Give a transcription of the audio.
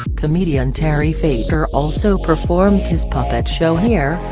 comedian terry fator also performs his puppet show here,